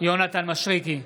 יונתן מישרקי,